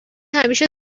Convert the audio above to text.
همیشه